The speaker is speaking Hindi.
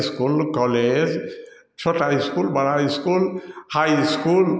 इस्कूल कॉलेज छोटा इस्कूल बड़ा इस्कूल हाई इस्कूल